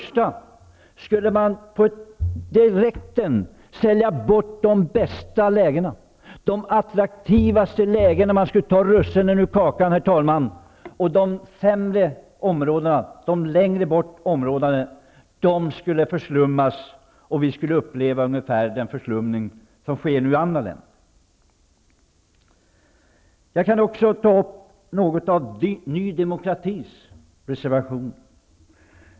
Skulle man direkt sälja bort de bästa och attraktivaste lägena, dvs. ta russinen ur kakan, skulle de sämre områdena, längre bort, förslummas. Vi skulle uppleva ungefär den förslumning som sker i andra länder. Jag skall också säga något om Ny demokratis reservationer.